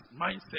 mindset